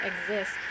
exist